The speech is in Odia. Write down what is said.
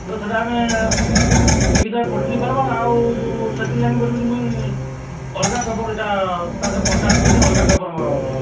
ବୋଲେ ସେଇଟା ଆମେ ଠିକ୍ ଟାଇମରେ ପଢ଼ିନାଇଁ ପାର୍ବାର୍ ଆଉ ସେଥିର୍ଲାଗି ବୋଲିକିରି ମୁଇଁ ଅଲଗା ପେପର ଏଇଟା ତା' ସହିତ କଣ୍ଟାକ୍ଟ କରିଛି ଅଲଗା ପେପର ମଗାବାର୍ ଲାଗି